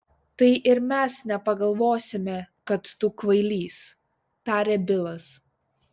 tai ir mes nepagalvosime kad tu kvailys tarė bilas